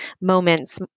moments